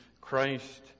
christ